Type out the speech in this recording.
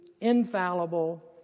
infallible